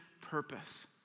purpose